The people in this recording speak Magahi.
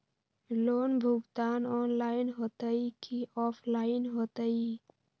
लोन भुगतान ऑनलाइन होतई कि ऑफलाइन होतई?